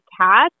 cats